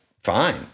fine